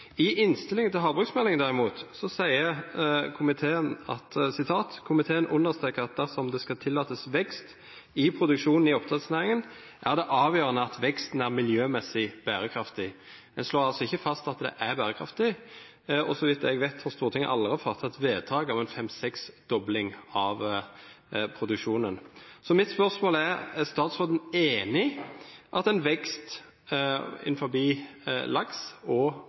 I innstillingen til havbruksmeldingen står det derimot: «Komiteen understreker at dersom det skal tillates vekst i produksjonen i oppdrettsnæringen, er det avgjørende at veksten er miljømessig bærekraftig.» En slår altså ikke fast at det er bærekraftig, og så vidt jeg vet, har Stortinget aldri fattet et vedtak om en fem–seksdobling av produksjonen. Mitt spørsmål er: Er statsråden enig i at en vekst innenfor laksenæringen og næring knyttet til laks